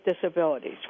disabilities